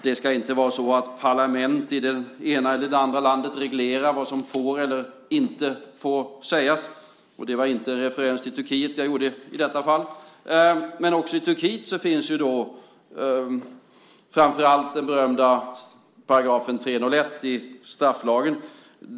Det ska inte vara så att parlament i det ena eller andra landet reglerar vad som får eller inte får sägas. Det var inte en referens till Turkiet jag gjorde i detta fall men också i Turkiet finns ju framför allt den berömda paragrafen 301 i strafflagen.